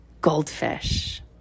goldfish